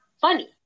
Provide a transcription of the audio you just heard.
funny